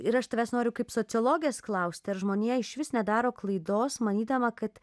ir aš tavęs noriu kaip sociologės klaust ar žmonija išvis nedaro klaidos manydama kad